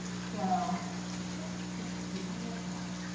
so just a cute, i love that,